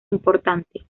importante